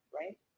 right